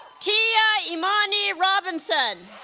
tia imani robinson